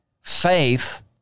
faith